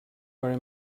very